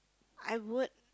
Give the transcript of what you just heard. I would